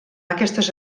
aquestes